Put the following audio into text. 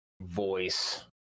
voice